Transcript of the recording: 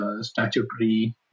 statutory